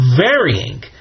varying